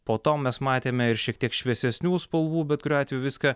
po to mes matėme ir šiek tiek šviesesnių spalvų bet kuriuo atveju viską